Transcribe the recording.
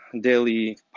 daily